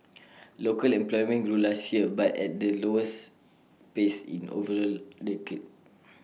local employment grew last year but at the slowest pace in over A decade